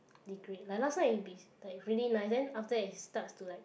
degrade like last time it be like really nice then after that it starts to like